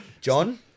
John